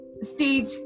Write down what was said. stage